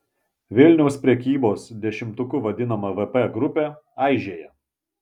vilniaus prekybos dešimtuku vadinama vp grupė aižėja